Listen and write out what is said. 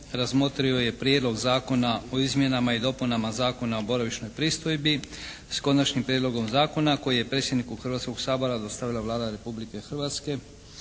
razmotrio je Prijedlog Zakona o izmjenama i dopunama Zakona o boravišnoj pristojbi s Konačnim prijedlogom zakona koji je predsjedniku Hrvatskog sabora dostavila Vlada Republike Hrvatske